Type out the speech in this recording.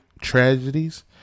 tragedies